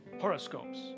Horoscopes